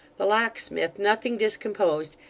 the locksmith, nothing discomposed,